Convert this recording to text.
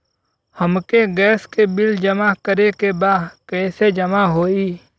हमके गैस के बिल जमा करे के बा कैसे जमा होई?